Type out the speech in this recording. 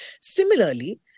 Similarly